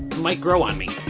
might grow on me.